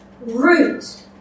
root